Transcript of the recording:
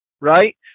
Right